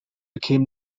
became